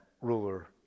ruler